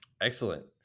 Excellent